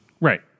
Right